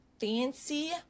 fancy